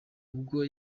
ubwo